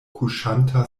kuŝanta